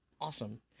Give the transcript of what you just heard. Awesome